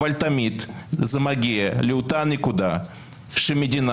אבל תמיד זה מגיע לאותה נקודה שמדינה